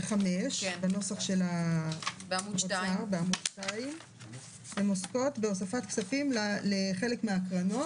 ו-(5) בעמוד 2 עוסקים בהוספת כספים לחלק מהקרנות.